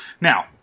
Now